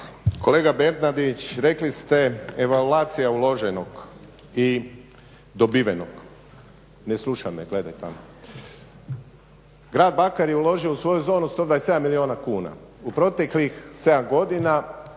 Kolega Bernardić, rekli ste evaluacija uloženog i dobivenog. Ne sluša me, gledaj tamo. Grad Bakar je uložio u svoju zonu 127 milijuna kuna. U proteklih 7 godina